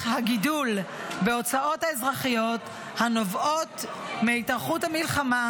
הגידול בהוצאות האזרחיות הנובעות מהתארכות המלחמה,